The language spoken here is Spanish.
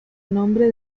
nombre